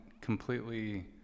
completely